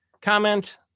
comment